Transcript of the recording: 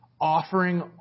Offering